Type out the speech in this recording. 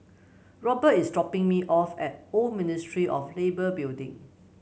Robert is dropping me off at Old Ministry of Labour Building